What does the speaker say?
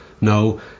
No